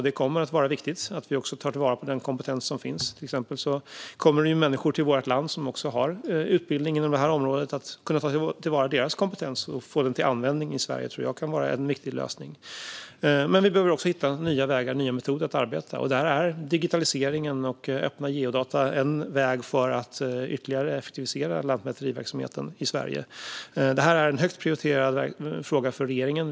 Det kommer att vara viktigt att vi tar vara på den kompetens som finns. Exempelvis kommer det till vårt land människor som har utbildning inom det här området. Att kunna ta till vara deras kompetens och få användning för den i Sverige tror jag kan vara en viktig lösning. Men vi behöver också hitta nya vägar och nya metoder att arbeta. Där är digitaliseringen och öppna geodata en väg för att ytterligare effektivisera lantmäteriverksamheten i Sverige. Detta är en högt prioriterad fråga för regeringen.